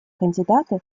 кандидаты